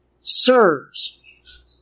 Sirs